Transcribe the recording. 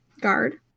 guard